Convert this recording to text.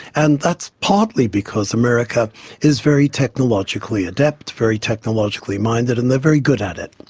and that's partly because america is very technologically adept, very technologically minded, and they're very good at it.